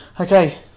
Okay